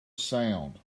sound